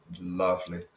Lovely